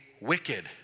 wicked